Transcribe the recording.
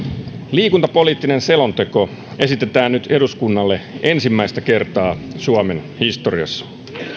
liikuntapoliittinen selonteko esitetään nyt eduskunnalle ensimmäistä kertaa suomen historiassa